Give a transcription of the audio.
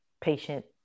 patient